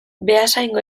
beasaingo